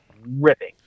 ripping